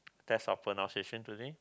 test of pronunciation today